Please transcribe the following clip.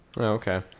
Okay